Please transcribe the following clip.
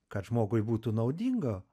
kad žmogui būtų naudinga